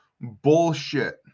bullshit